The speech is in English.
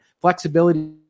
flexibility